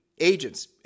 agents